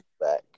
back